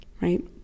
right